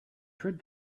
tried